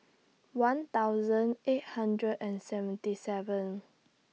one thousand eight hundred and seventy seven